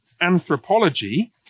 anthropology